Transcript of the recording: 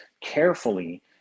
carefully